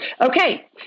Okay